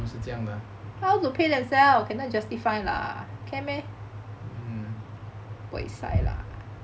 是这样 lah